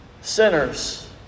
sinners